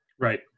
Right